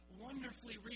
wonderfully